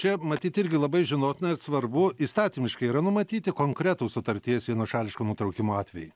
čia matyt irgi labai žinotina svarbu įstatymiškai yra numatyti konkretūs sutarties vienašališko nutraukimo atvejai